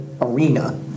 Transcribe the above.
arena